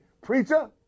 preacher